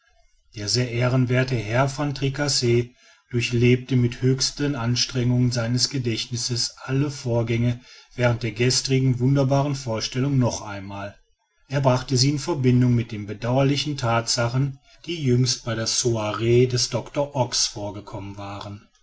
der sehr ehrenwerthe herr van tricasse durchlebte mit höchster anstrengung seines gedächtnisses alle vorgänge während der gestrigen wunderbaren vorstellung noch einmal er brachte sie in verbindung mit den bedauerlichen thatsachen die jüngst bei der soiree des doctor ox vorgekommen waren